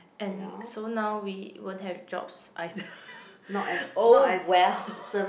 and so now we won't have jobs I oh well